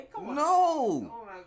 No